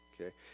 Okay